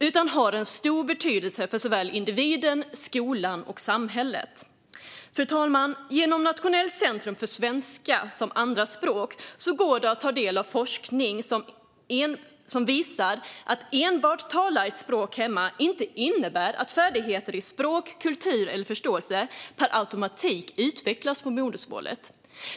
Undervisningen har stor betydelse för såväl individen som skolan och samhället. Fru talman! Genom Nationellt centrum för svenska som andraspråk går det att ta del av forskning som visar att den som enbart talar ett språk hemma inte automatiskt utvecklar färdigheter i språket, tillägnar sig kulturen eller skaffar sig förståelse av modersmålet.